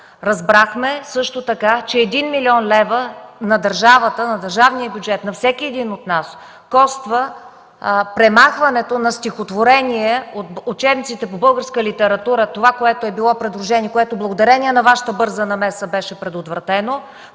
Разбрахме също така, че 1 млн. лева на държавата, на държавния бюджет, на всеки един от нас коства премахването на стихотворения от учебниците по българска литература – това е, което е било предложение, което, благодарение на Вашата бърза намеса беше предотвратено